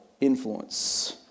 influence